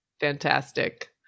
fantastic